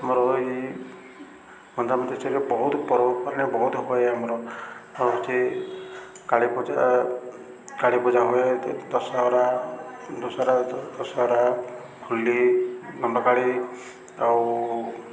ଆମର ଏଇ ଗଞ୍ଜାମ ଡିଷ୍ଟ୍ରିକ୍ଟରେ ବହୁତ ପର୍ବପର୍ବାଣି ବହୁତ ହୁଅ ଆମର ଆଉ ହେଉଛି କାଳୀପୂଜା କାଳୀପୂଜା ହୁଏ ଦଶହରା ଦଶହରା ଦଶହରା ହୋଲି ଦଣ୍ଡକାଳୀ ଆଉ